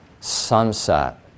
sunset